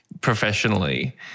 professionally